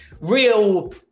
real